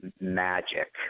magic